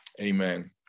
Amen